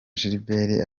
gilbert